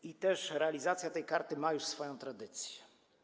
I też realizacja tej karty ma już swoją tradycję.